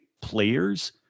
players